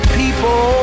people